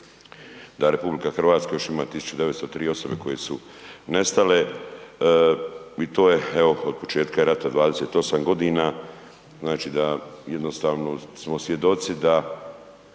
da RH još ima 193 osobe koje su nestale i to je, evo, od početka rata, 28 godina, znači da jednostavno smo svjedoci da